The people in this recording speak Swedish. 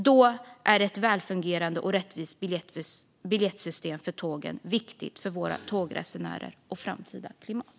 Därför är ett välfungerande och rättvist biljettsystem för tågen viktigt för våra tågresenärer och vårt framtida klimat.